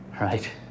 Right